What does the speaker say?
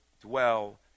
dwell